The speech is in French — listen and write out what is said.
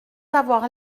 avoir